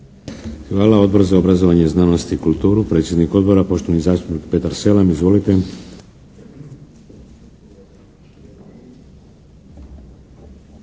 Hvala. Odbor za obrazovanje, znanost i kulturu, predsjednik Odbora, poštovani zastupnik Petar Selem. Izvolite.